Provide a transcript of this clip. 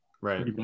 Right